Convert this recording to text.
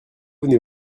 venez